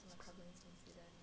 um